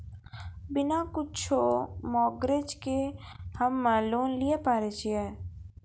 बिना कुछो मॉर्गेज के हम्मय लोन लिये पारे छियै?